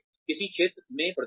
किस क्षेत्र में प्रदर्शन